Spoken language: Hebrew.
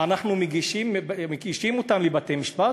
אנחנו מגישים אותם לבתי-המשפט?